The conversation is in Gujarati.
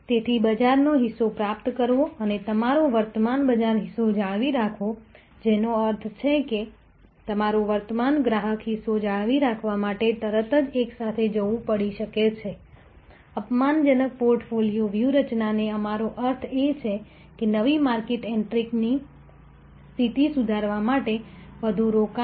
તેથી બજારનો હિસ્સો પ્રાપ્ત કરવો અને તમારો વર્તમાન બજાર હિસ્સો જાળવી રાખવો જેનો અર્થ છે કે તમારો વર્તમાન ગ્રાહક હિસ્સો જાળવી રાખવા માટે તરત જ એકસાથે જવું પડી શકે છે અપમાનજનક પોર્ટફોલિયો વ્યૂહરચનાનો અમારો અર્થ એ છે કે નવી માર્કેટ એન્ટ્રીની સ્થિતિ સુધારવા માટે વધુ રોકાણ